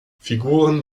figuren